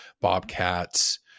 bobcats